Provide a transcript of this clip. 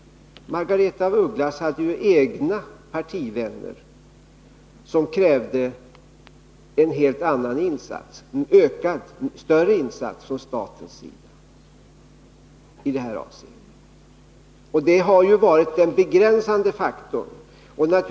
Bl. a. krävde partivänner till Margaretha af Ugglas en större insats från statens sida i det här avseendet. Stödinsatsen på varvsområdet har varit en begränsande faktor.